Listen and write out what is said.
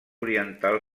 oriental